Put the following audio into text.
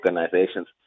organizations